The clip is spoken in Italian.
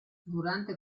durante